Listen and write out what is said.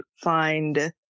find